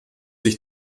sich